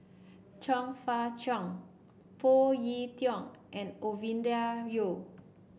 Chong Fah Cheong Phoon Yew Tien and Ovidia Yu